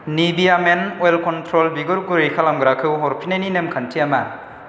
Nivea main oil control बिगुर गुरै खालामग्राखौ हरफिन्नायनि नेमखान्थिया मा